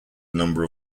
number